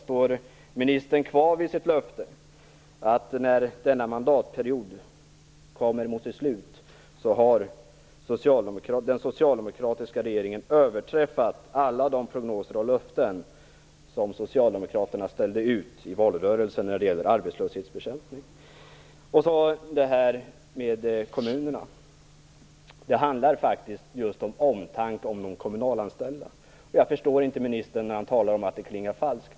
Står ministern kvar vid sitt löfte om att när denna mandatperiod närmar sig sitt slut har den socialdemokratiska regeringen överträffat alla de prognoser och löften om arbetslöshetsbekämpningen som socialdemokraterna ställde ut i valrörelsen? Sedan har vi detta med kommunerna. Det handlar faktiskt om omtanke om de kommunalanställda. Jag förstår inte ministern när han talar om att det klingar falskt.